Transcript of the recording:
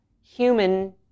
human